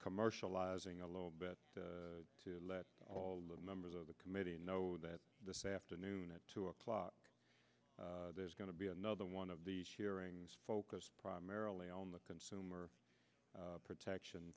commercializing a little bit to let all the members of the committee know that this afternoon at two o'clock there's going to be another one of these hearings focused primarily on the consumer protection